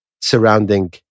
surrounding